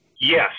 Yes